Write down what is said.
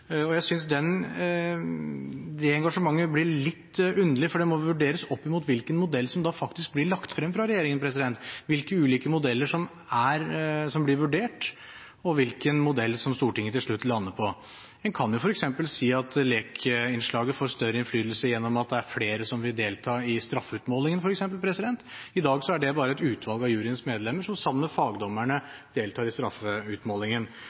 Jeg synes det engasjementet blir litt underlig, for det må vurderes opp mot hvilken modell som da faktisk blir lagt frem fra regjeringen, hvilke ulike modeller som blir vurdert, og hvilken modell som Stortinget til slutt lander på. En kan jo f.eks. si at lekmannsinnslaget får større innflytelse gjennom at det er flere som vil delta i straffeutmålingen. I dag er det bare et utvalg av juryens medlemmer som sammen med fagdommerne deltar i straffeutmålingen.